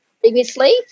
previously